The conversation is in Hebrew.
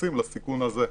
שמתייחסים לסיכון הזה.